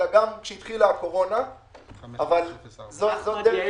אלא גם כשהתחילה הקורונה -- אנחנו גאים